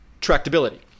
tractability